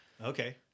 okay